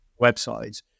websites